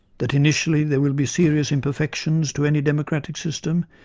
that initially there will be serious imperfections to any democratic system,